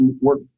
work